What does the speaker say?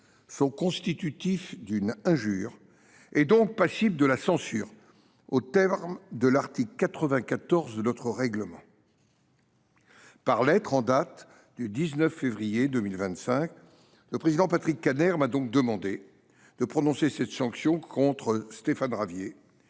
sont constitutifs d’une injure et sont donc passibles de la censure aux termes de l’article 94 de notre règlement. Par une lettre en date du 19 février 2025, le président Patrick Kanner m’a donc demandé de prononcer cette sanction contre Stéphane Ravier,